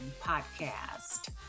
podcast